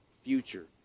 future